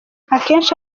akenshi